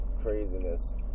Craziness